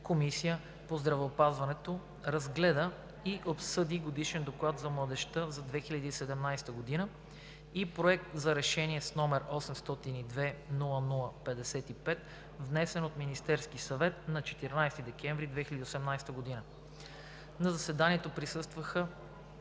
Комисията по здравеопазването разгледа и обсъди Годишен доклад за младежта за 2017 г. и Проект за решение, № 802-00-55, внесен от Министерския съвет на 14 декември 2018 г. На заседанието присъстваха: